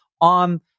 on